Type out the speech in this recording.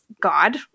God